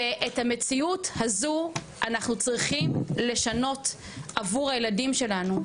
ואת המציאות הזו אנחנו צריכים לשנות עבור הילדים שלנו,